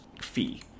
fee